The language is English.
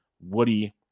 Woody